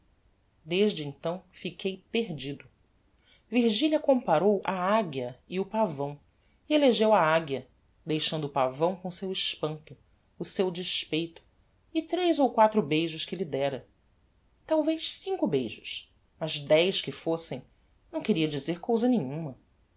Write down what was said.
desde então fiquei perdido virgilia comparou a aguia e o pavão e elegeu a aguia deixando o pavão com o seu espanto o seu despeito e tres ou quatro beijos que lhe dera talvez cinco beijos mas dez que fossem não queria dizer cousa nenhuma